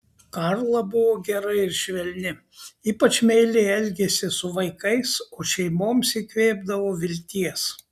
karla buvo gera ir švelni ypač meiliai elgėsi su vaikais o šeimoms įkvėpdavo vilties